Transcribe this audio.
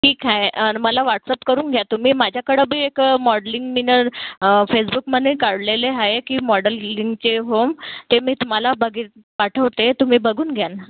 ठीक आहे आणि मला वॉट्सअप करून घ्या तुम्ही माझ्याकडं बी एक मॉडलिंग मिनर फेसबुक मने काढलेले आहे की मॉडलिंगचे होम ते मी तुम्हाला बगी पाठवते तुम्ही बघून घ्या ना